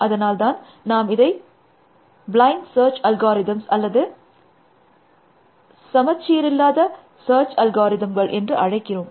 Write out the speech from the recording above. அதனால்தான் நாம் இதை பிளைண்ட் சர்ச் அல்காரிதம்கள் அல்லது சமச்சீரல்லாத சர்ச் அல்காரிதம்கள் என்று அழைக்கிறோம்